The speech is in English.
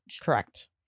Correct